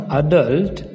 adult